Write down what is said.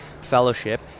fellowship